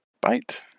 bite